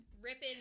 ripping